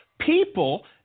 People